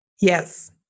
Yes